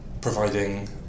providing